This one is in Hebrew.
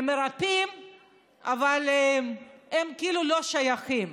מרפאים, אבל הם כאילו לא שייכים.